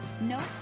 notes